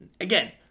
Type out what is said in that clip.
Again